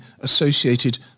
associated